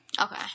Okay